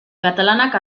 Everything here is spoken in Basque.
katalanak